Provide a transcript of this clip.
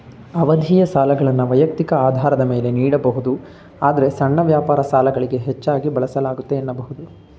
ಅವಧಿಯ ಸಾಲಗಳನ್ನ ವೈಯಕ್ತಿಕ ಆಧಾರದ ಮೇಲೆ ನೀಡಬಹುದು ಆದ್ರೆ ಸಣ್ಣ ವ್ಯಾಪಾರ ಸಾಲಗಳಿಗೆ ಹೆಚ್ಚಾಗಿ ಬಳಸಲಾಗುತ್ತೆ ಎನ್ನಬಹುದು